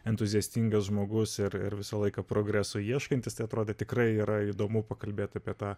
entuziastingas žmogus ir ir visą laiką progreso ieškantis tai atrodė tikrai yra įdomu pakalbėt apie tą